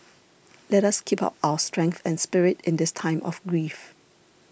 let us keep up our strength and spirit in this time of grief